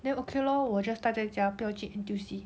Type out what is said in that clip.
then okay lor 我 just 待在家不要去 N_T_U_C